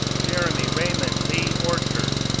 jeremy raymond lee orchard,